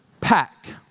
Pack